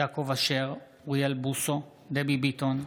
יעקב אשר, אוריאל בוסו, דבי ביטון.